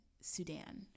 Sudan